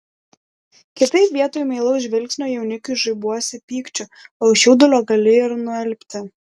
kitaip vietoj meilaus žvilgsnio jaunikiui žaibuosi pykčiu o iš jaudulio gali ir nualpti